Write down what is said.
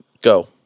go